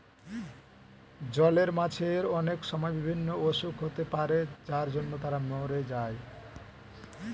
জলের মাছের অনেক সময় বিভিন্ন অসুখ হতে পারে যার জন্য তারা মোরে যায়